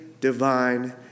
divine